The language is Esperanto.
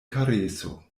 kareso